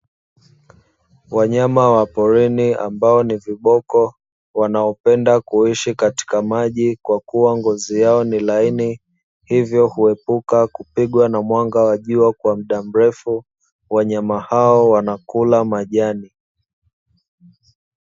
Wanyama wa porini ambao ni viboko wanaopenda kuishi katika maji kwakuwa ngazi yao ni laini, hivyo huepuka kupigwa na mwanga wa jua kwa muda mrefu wanyama hao wanakula majani.